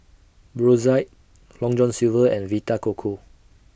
Brotzeit Long John Silver and Vita Coco